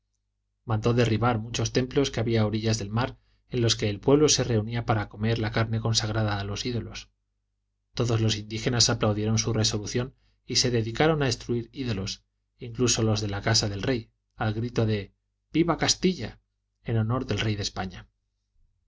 mandó derribar muchos templos que había a orillas del mar en los que el pueblo se reunía para comer la carne consagrada a los ídolos todos los indígenas aplaudieron su resolución y se dedicaron a destruir ídolos incluso los de la casa del rey al grito de viva castilla en honor del rey de españa